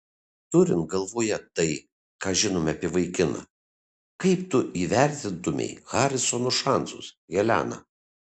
turint galvoje tai ką žinome apie vaikiną kaip tu įvertintumei harisono šansus helena